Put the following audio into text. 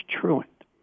truant